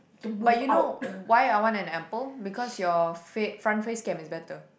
but you know why I want an apple because your face front face cam is better